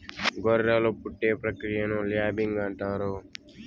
గొర్రెలు పుట్టే ప్రక్రియను ల్యాంబింగ్ అంటారు